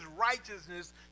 righteousness